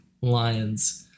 lions